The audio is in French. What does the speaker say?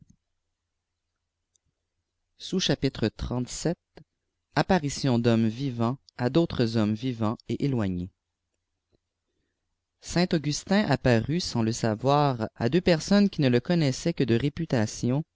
appariiiofii éthotnmes vivants à d'autres hommes vmmts bt amgnis saint augustin apparut sans le savoir à deux persotines cpiî ne le connaissaient que de réputation